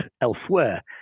elsewhere